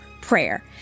prayer